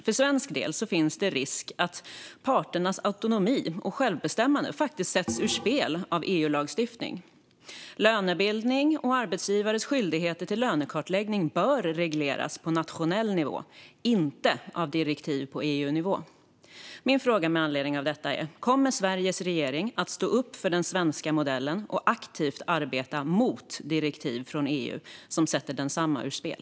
För svensk del finns det risk att parternas autonomi och självbestämmande sätts ur spel av EU-lagstiftning. Lönebildning och arbetsgivares skyldigheter till lönekartläggning bör regleras på nationell nivå, inte av direktiv på EU-nivå. Min fråga med anledning av detta är: Kommer Sveriges regering att stå upp för den svenska modellen och aktivt arbeta mot direktiv från EU som sätter densamma ur spel?